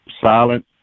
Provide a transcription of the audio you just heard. silent